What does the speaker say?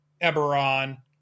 Eberron